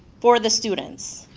for the students.